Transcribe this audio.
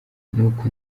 nuko